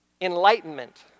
enlightenment